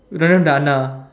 don't have the anna